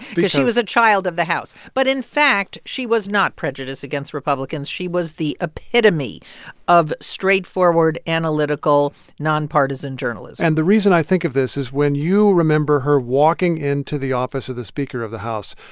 because she was a child of the house. but in fact, she was not prejudiced against republicans. she was the epitome of straightforward, analytical, nonpartisan journalism and the reason i think of this is when you remember her walking into the office of the speaker of the house,